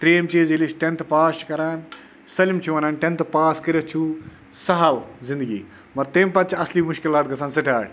ترٛیٚیِم چیٖز ییٚلہِ أسۍ ٹٮ۪نتھٕ پاس چھِ کَران سٲلِم چھِ وَنان ٹٮ۪نتھ پاس کٔرِتھ چھُو سہل زِندگی مگر تَمہِ پَتہٕ چھِ اَصلی مُشکِلات گژھان سِٹاٹ